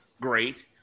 Great